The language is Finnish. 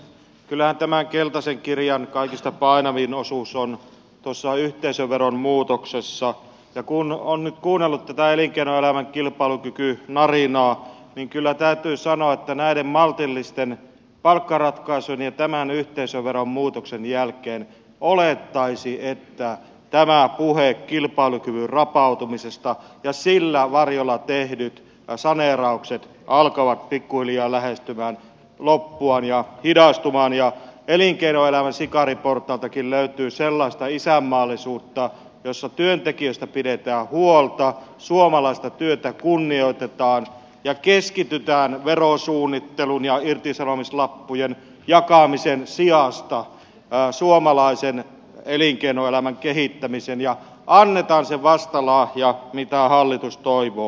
kyllähän tämän keltaisen kirjan kaikista painavin osuus on tuossa yhteisöveron muutoksessa ja kun on nyt kuunnellut tätä elinkeinoelämän kilpailukykynarinaa niin kyllä täytyy sanoa että näiden maltillisten palkkaratkaisujen ja tämän yhteisöveron muutoksen jälkeen olettaisi että tämä puhe kilpailukyvyn rapautumisesta ja sillä varjolla tehdyt saneeraukset alkavat pikkuhiljaa lähestymään loppuaan ja hidastumaan ja elinkeinoelämän sikariportaaltakin löytyy sellaista isänmaallisuutta jossa työntekijöistä pidetään huolta suomalaista työtä kunnioitetaan ja keskitytään verosuunnittelun ja irtisanomislappujen jakamisen sijasta suomalaisen elinkeinoelämän kehittämiseen ja annetaan se vastalahja mitä hallitus toivoo